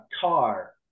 car